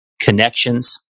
connections